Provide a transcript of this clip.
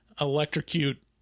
Electrocute